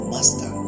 Master